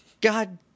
god